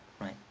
Right